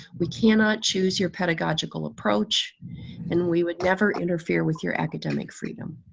we cannot choose your pedagogical approach and we would never interfere with your academic freedom.